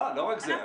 לא רק זה.